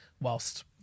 whilst